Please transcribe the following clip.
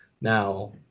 Now